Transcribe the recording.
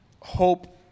hope